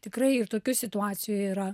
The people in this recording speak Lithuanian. tikrai ir tokių situacijų yra